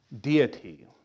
deity